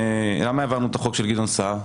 למה העברנו את החוק של גדעון סער?